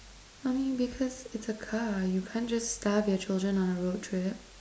mommy because it's a car you can't just starve your children on a road trip